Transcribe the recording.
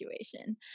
situation